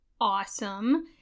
awesome